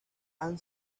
han